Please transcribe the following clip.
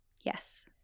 Yes